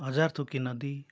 हजार थुकी नदी